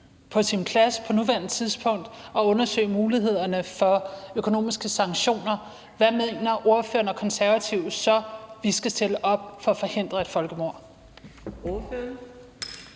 på sin plads på nuværende tidspunkt at undersøge mulighederne for økonomiske sanktioner, hvad mener ordføreren og Konservative så vi skal stille op for at forhindre et folkemord? Kl.